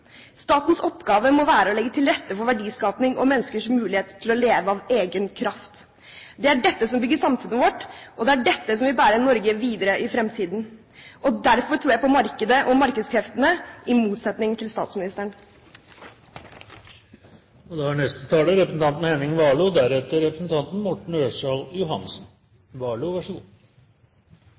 Statens oppgave må være å legge til rette for verdiskaping og menneskers mulighet til å leve av egen kraft. Det er dette som bygger samfunnet vårt, og det er dette som vil bære Norge videre i fremtiden. Derfor tror jeg på markedet og markedskreftene, i motsetning til statsministeren.